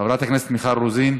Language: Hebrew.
חברת הכנסת מיכל רוזין,